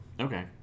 Okay